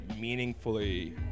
meaningfully